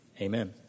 Amen